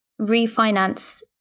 refinance